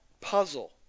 puzzle